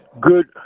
Good